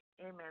Amen